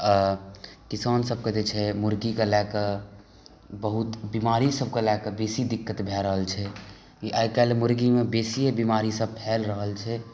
अ किसान सबके जे छै मुर्गी के लऽ कए बहुत बीमारी सबके लऽ कए बेसी दिक्कत भए रहल छै ई आइ काल्हि मुर्गीमे बेसिये बीमारीसब फैल रहल छै